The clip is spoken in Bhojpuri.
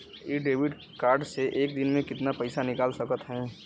इ डेबिट कार्ड से एक दिन मे कितना पैसा निकाल सकत हई?